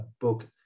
book